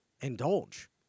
indulge